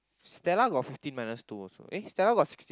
Stella got fifteen minus two also eh Stella got sixteen